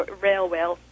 railway